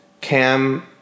Cam